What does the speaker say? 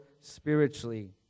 spiritually